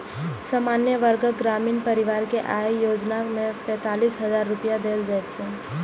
सामान्य वर्गक ग्रामीण परिवार कें अय योजना मे पैंतालिस हजार रुपैया देल जाइ छै